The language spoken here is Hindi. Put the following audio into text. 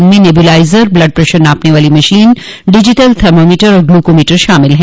इनमें नेब्यूलाइजर ब्लड प्रेशर मापने वाली मशीन डिजिटल थर्मामीटर और ग्लूकोमीटर शामिल हैं